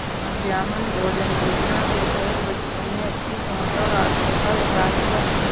मध्याह्न भोजन योजना के तहत बच्चों में अच्छी सोच और आदतों का विकास हुआ